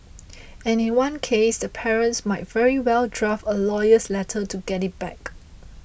and in one case the parents might very well draft a lawyer's letter to get it back